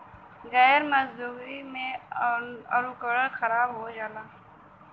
गैर मौजूदगी में अंकुरण खराब हो जाला